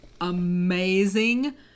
amazing